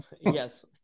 yes